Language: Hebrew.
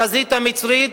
בחזית המצרית